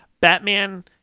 Batman